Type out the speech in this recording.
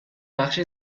بخش